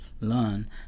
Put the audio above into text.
learn